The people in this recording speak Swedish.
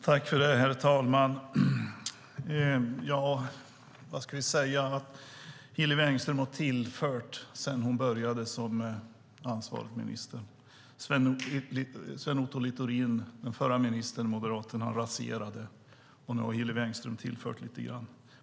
Herr talman! Hillevi Engström säger att hon tillfört resurser sedan hon började som ansvarig minister. Den förra ministern Sven Otto Littorin från Moderaterna raserade, och nu har Hillevi Engström tillfört lite grann.